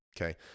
Okay